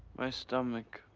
my stomach.